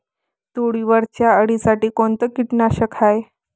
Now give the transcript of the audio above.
तुरीवरच्या अळीसाठी कोनतं कीटकनाशक हाये?